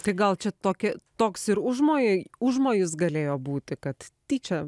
tai gal čia toki toks ir užmoj užmojus galėjo būti kad tyčia